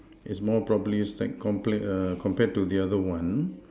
is more properly stacked complan~ err compared to the other one